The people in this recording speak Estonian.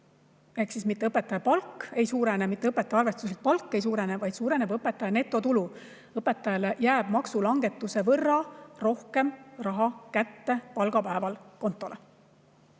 Ehk mitte õpetaja palk ei suurene, mitte õpetaja arvestuslik palk ei suurene, vaid suureneb õpetaja netotulu. Õpetajale jääb maksulangetuse võrra rohkem raha kätte, rohkem raha on palgapäeval kontol.